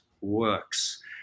works